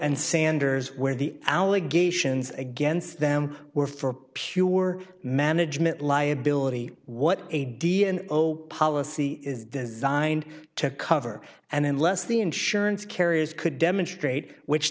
and sanders where the allegations against them were for pure management liability what a d n o policy is designed to cover and unless the insurance carriers could demonstrate which